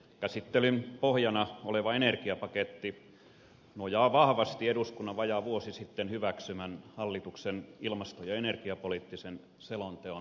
käsittelyn pohjana oleva energiapaketti nojaa vahvasti eduskunnan vajaa vuosi sitten hyväksymän hallituksen ilmasto ja energiapoliittisen selonteon linjauksiin